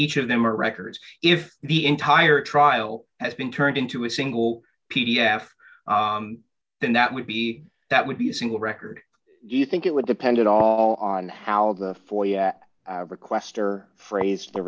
each of them are records if the entire trial has been turned into a single p d f then that would be that would be a single record do you think it would depend at all on how the foyer requester phrased the